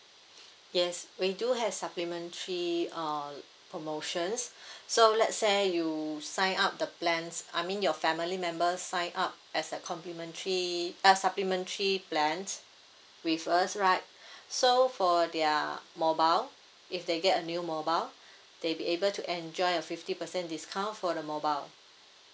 yes we do have supplementary uh promotions so let's say you sign up the plans I mean your family members sign up as a complimentary uh supplement plan with us right so for their mobile if they get a new mobile they be able to enjoy a fifty percent discount for the mobile